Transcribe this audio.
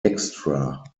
extra